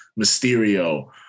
Mysterio